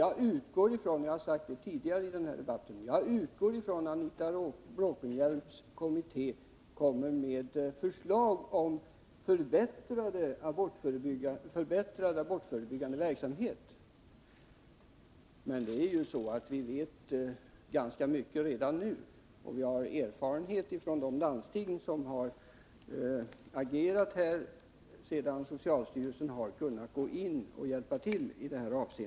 Jag utgår ifrån — och det har jag sagt tidigare i debatten — att Anita Bråkenhielms kommitté kommer med förslag om en förbättrad abortförebyggande verksamhet. Men vi vet ganska mycket redan nu. Vi har erfarenhet från de landsting som har agerat sedan socialstyrelsen kunnat gå in och hjälpa till här.